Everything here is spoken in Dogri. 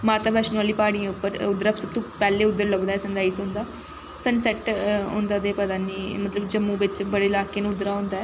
माता बैष्णो आह्ली प्हाड़ियै उप्पर उद्धरा सब तों पैह्लें उद्धर लभदा ऐ सन राइज होंदा सन सैट्ट होंदा ते पता निं मतलब जम्मू बिच्च बड़े इलाके न उद्धरा होंदा ऐ